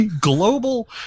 global